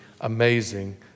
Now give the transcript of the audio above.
amazing